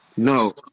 No